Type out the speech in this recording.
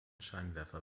scheinwerfer